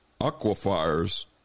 aquifers